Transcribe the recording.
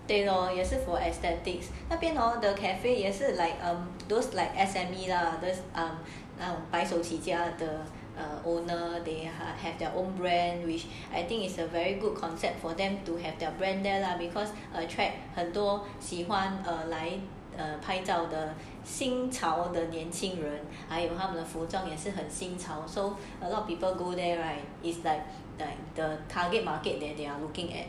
对咯也是 for aesthetics 那边 all the cafe 也是 like those like S_M_E lah there is 白手起家 the owner they have their own brand which I think is a very good concept for them to have their brand there lah because attract 很多喜欢来拍照的的新潮的年轻人他们衣服也是很新潮 so a lot of people go there right is like like the target market there they are looking at